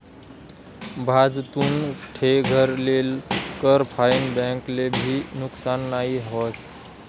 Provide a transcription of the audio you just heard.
भाजतुन ठे घर लेल कर फाईन बैंक ले भी नुकसान नई व्हस